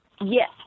yes